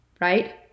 right